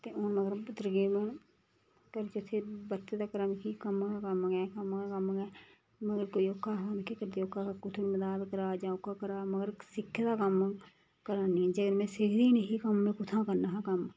ते हून करवा चोथी दा बर्त तगर मिकी कम्म गै कम्म ऐ कम्म गै कम्म ऐ मगर कोई ओह्का आखदा मिगी करी देओ मेरे ने मदाद करा जां ओह्का करा मगर में सिक्खे दा कम्म करा नी आं जेकर में सिखदी नेहीं कम्म में कुत्थां करना हा कम्म